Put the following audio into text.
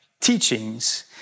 teachings